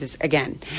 again